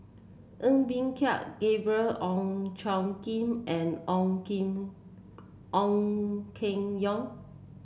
Ng Bee Kia Gabriel Oon Chong Jin and Ong Keng Ong Keng Yong